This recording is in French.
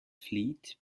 fleet